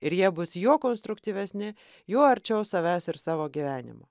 ir jie bus juo konstruktyvesni juo arčiau savęs ir savo gyvenimo